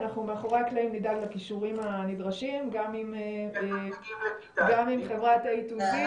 מאחורי הקלעים אנחנו נדאג לקישורים הנדרשים גם עם חברת a-2-z.